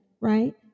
right